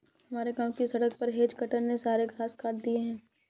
हमारे गांव की सड़क पर हेज कटर ने सारे घास काट दिए हैं